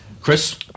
Chris